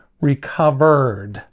recovered